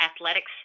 athletics